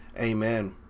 Amen